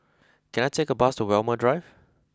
can I take a bus to Walmer Drive